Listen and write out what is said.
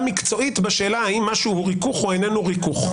מקצועית בשאלה האם מה שהוא ריכוך הוא איננו ריכוך.